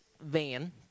van